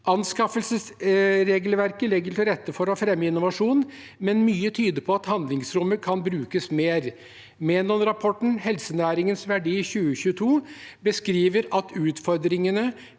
Anskaffelsesregelverket legger til rette for å fremme innovasjon, men mye tyder på at handlingsrommet kan brukes mer. Menon-rapporten «Helsenæringens verdi 2022» beskriver at utfordringene